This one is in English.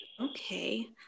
Okay